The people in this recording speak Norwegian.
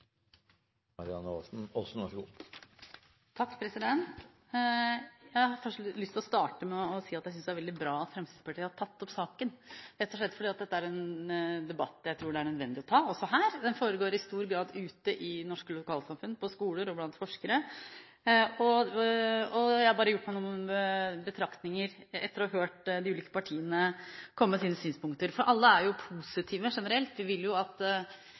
veldig bra at Fremskrittspartiet har tatt opp saken, rett og slett fordi dette er en debatt jeg tror det er nødvendig å ta – også her. Den foregår i stor grad ute i norske lokalsamfunn, på skoler og blant forskere. Jeg har gjort meg noen betraktninger etter å ha hørt de ulike partiene komme med sine synspunkter. Alle er jo positive, generelt: Vi vil jo både at